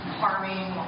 harming